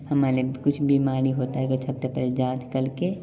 हमें कुछ बीमारी होता हैं तो सब से पहले जाँच कर के